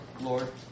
Lord